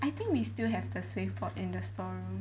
I think we still have the swave board in the store